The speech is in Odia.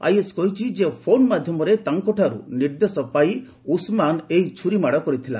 ଆଇଏସ୍ କହିଛି ଯେ ଫୋନ୍ ମାଧ୍ୟମରେ ତାଙ୍କଠାରୁ ନିର୍ଦ୍ଦେଶ ପାଇ ଉସ୍ମାନ୍ ଏହି ଛୁରୀ ମାଡ଼ କରିଥିଲା